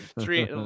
three